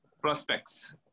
prospects